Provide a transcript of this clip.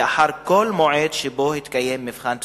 לאחר כל מועד שבו התקיים מבחן פסיכומטרי,